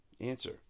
Answer